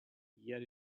yet